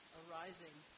arising